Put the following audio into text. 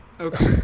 Okay